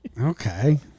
Okay